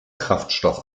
kraftstoff